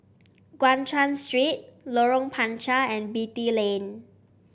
Guan Chuan Street Lorong Panchar and Beatty Lane